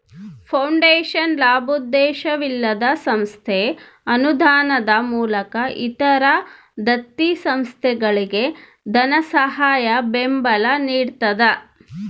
foundation ಲಾಭೋದ್ದೇಶವಿಲ್ಲದ ಸಂಸ್ಥೆ ಅನುದಾನದ ಮೂಲಕ ಇತರ ದತ್ತಿ ಸಂಸ್ಥೆಗಳಿಗೆ ಧನಸಹಾಯ ಬೆಂಬಲ ನಿಡ್ತದ